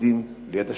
חסידים ליד אשכנזים,